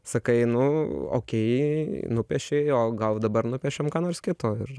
sakai nu okei nupiešei o gal dabar nupiešiam ką nors kito ir